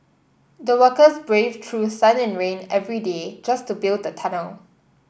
the workers braved through sun and rain every day just to build the tunnel